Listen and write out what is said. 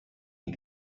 die